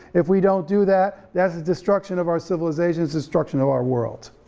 if we don't do that, that's a destruction of our civilization, destruction of our world.